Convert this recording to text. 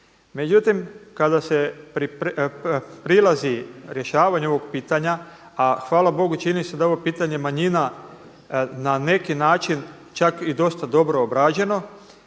Međutim, kada se prilazi rješavanju ovog pitanja, a hvala Bogu čini se da je ovo pitanje manjina na neki način čak i dosta dobro obrađeno